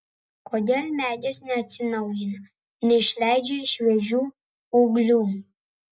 kodėl medis neatsinaujina neišleidžia šviežių ūglių